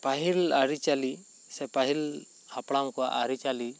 ᱯᱟᱹᱦᱤᱞ ᱟᱹᱨᱤᱪᱟᱹᱞᱤ ᱥᱮ ᱯᱟᱹᱦᱤᱞ ᱦᱟᱯᱲᱟᱢ ᱠᱚᱣᱟᱜ ᱟᱹᱨᱤᱪᱟᱹᱞᱤ